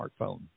smartphone